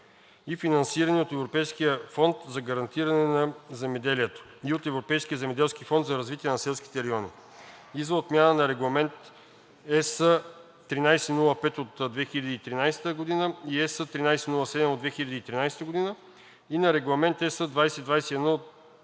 и финансирани от Европейския фонд за гарантиране на земеделието и от Европейския земеделски фонд за развитие на селските райони и за отмяна на регламенти (ЕС) № 1305/2013 и (ЕС) № 1307/2013 и на Регламент (ЕС) 2021/2116